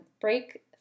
break